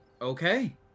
Okay